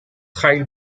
trail